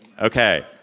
Okay